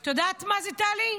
את יודעת מה זה, טלי?